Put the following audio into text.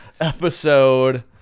episode